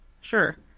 Sure